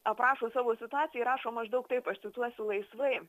aprašo savo situaciją rašo maždaug taip aš cituosiu laisvai